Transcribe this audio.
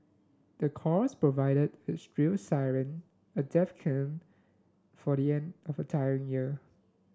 the chorus provided a shrill siren a death knell for the end of a tiring year